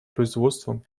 производством